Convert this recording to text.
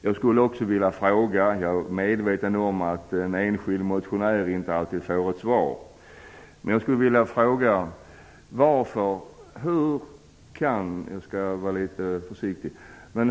Jag är medveten om att en enskild motionär inte alltid får svar. Jag skulle vilja ställa en fråga.